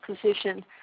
position